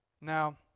Now